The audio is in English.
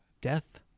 death